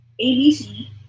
ABC